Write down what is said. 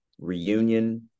reunion